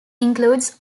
includes